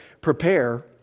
prepare